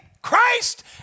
Christ